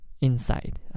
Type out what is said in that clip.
Inside